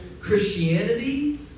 Christianity